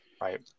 right